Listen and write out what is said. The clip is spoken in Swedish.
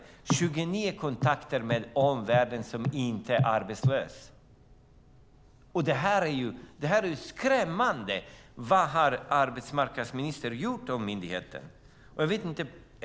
Det är 29 kontakter med omvärlden som inte är arbetslös. Det är skrämmande. Vad har arbetsmarknadsministern gjort med myndigheten?